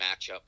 matchup